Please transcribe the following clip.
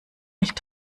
nicht